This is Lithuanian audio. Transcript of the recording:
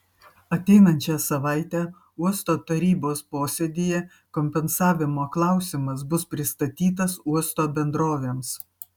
ateinančią savaitę uosto tarybos posėdyje kompensavimo klausimas bus pristatytas uosto bendrovėms